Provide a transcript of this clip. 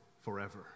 forever